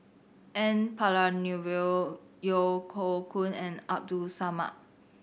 N Palanivelu Yeo Hoe Koon and Abdul Samad